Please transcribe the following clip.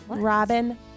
Robin